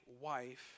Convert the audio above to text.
wife